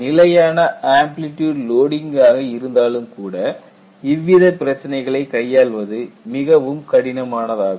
நிலையான ஆம்ப்லிட்யூட் லோடிங்காக இருந்தாலும்கூட இவ்வித பிரச்சினைகளை கையாள்வது மிகவும் கடினமானதாகும்